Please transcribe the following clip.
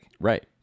right